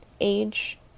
age